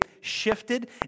shifted